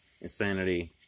insanity